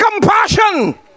compassion